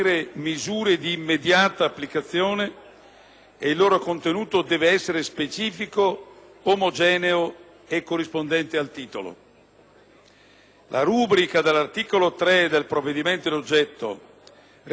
il loro contenuto deve essere specifico, omogeneo e corrispondente al titolo. La rubrica dell'articolo 3 del provvedimento in oggetto, recante interventi in materia di protezione civile,